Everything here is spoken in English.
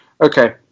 Okay